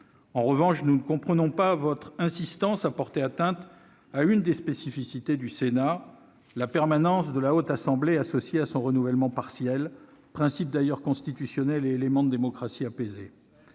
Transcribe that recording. En revanche, nous ne comprenons pas votre insistance à porter atteinte à une des spécificités du Sénat : la permanence de la Haute Assemblée associée à son renouvellement partiel, principe d'ailleurs constitutionnel et élément d'une démocratie apaisée.